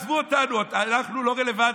עזבו אותנו, אנחנו לא רלוונטיים,